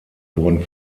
wurden